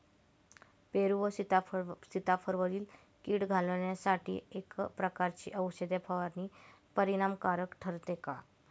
पेरू व सीताफळावरील कीड घालवण्यासाठी एकाच प्रकारची औषध फवारणी परिणामकारक ठरते का?